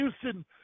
Houston